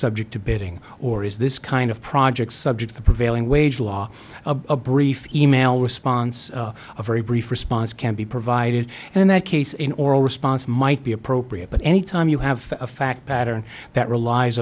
subject to bidding or is this kind of project subject the prevailing wage law a brief email response a very brief response can be provided and in that case in oral response might be appropriate but any time you have a fact pattern that relies